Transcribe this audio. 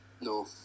No